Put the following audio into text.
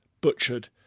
butchered